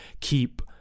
keep